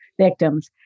victims